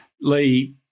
Lee